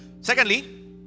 Secondly